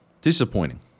disappointing